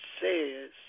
says